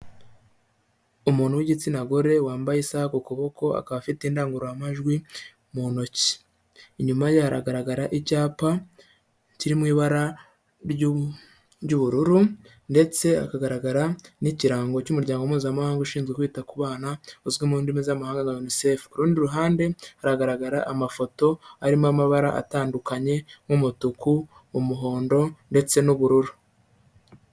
Umuntu w'igitsina gore wambaye isaha ku kuboko, akaba afite indangururamajwi mu ntoki, inyuma ye hagaragara icyapa kiri mu ibara ry'ubururu ndetse hakagaragara n'ikirango cy'umuryango mpuzamahanga ushinzwe kwita ku bana uzwi mu ndimi z'amahanga nka UNICEF, ku rundi ruhande hagaragara amafoto arimo amabara atandukanye nk'umutuku, umuhondo ndetse n'ubururu.